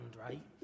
right